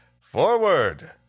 Forward